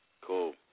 Cool